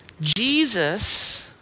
Jesus